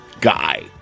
guy